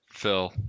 Phil